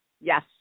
yes